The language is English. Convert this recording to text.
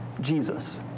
Jesus